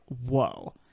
Whoa